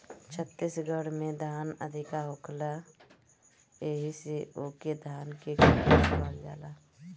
छत्तीसगढ़ में धान अधिका होखेला एही से ओके धान के कटोरा कहल जाला